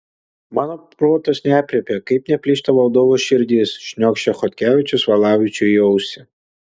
mano protas neaprėpia kaip neplyšta valdovo širdis šniokščia chodkevičius valavičiui į ausį